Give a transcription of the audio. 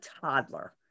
toddler